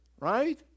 Right